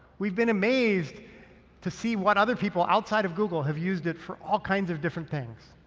we've been amazed to see what other people outside of google have used it for all kinds of different things.